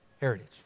heritage